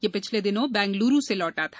यह पिछले दिनों बैंगलोर से लौटा था